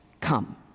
come